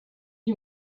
you